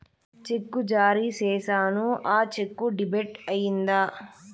చెక్కు జారీ సేసాను, ఆ చెక్కు డెబిట్ అయిందా